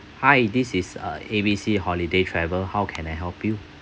hi this is uh A B C holiday travel how can I help you